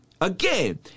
Again